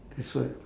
that's what